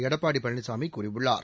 எடப்பாடி பழனிசாமி கூறியுள்ளார்